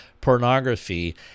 pornography